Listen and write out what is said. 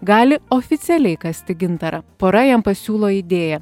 gali oficialiai kasti gintarą pora jam pasiūlo idėją